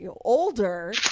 older